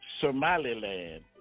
Somaliland